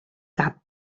cap